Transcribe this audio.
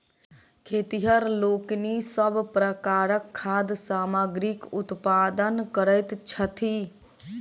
खेतिहर लोकनि सभ प्रकारक खाद्य सामग्रीक उत्पादन करैत छथि